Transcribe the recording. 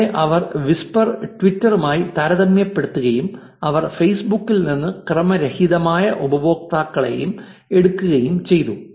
ഇവിടെ അവർ വിസ്പർ ട്വിറ്ററുമായി താരതമ്യപ്പെടുത്തുകയും അവർ ഫെയ്സ്ബുക്കിൽ നിന്ന് ക്രമരഹിതമായ ഉപയോക്താക്കളെയും എടുക്കുകയും ചെയ്തു